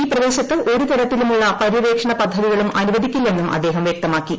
ഈ പ്രദേശത്ത് ഒരുതരത്തിലുമുള്ള പര്യവേഷണ പദ്ധതികളും അനുവദിക്കില്ലെന്നും അദ്ദേഹം വ്യക്തമാക്കി